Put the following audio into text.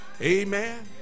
Amen